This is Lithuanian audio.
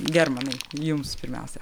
germanai jums pirmiausia